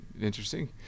Interesting